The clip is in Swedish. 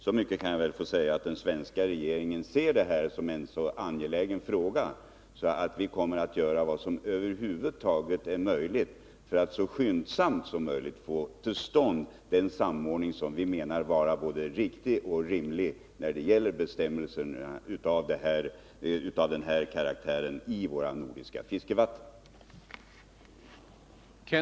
Så mycket kan jag väl ändå få säga att den svenska regeringen ser det här som en angelägen fråga, och att vi kommer att göra vad som över huvud taget är möjligt för att så skyndsamt som möjligt få till stånd en sådan samordning som vi tycker är både riktig och rimlig när det gäller bestämmelser av den här karaktären i fråga om våra nordiska fiskevatten.